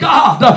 God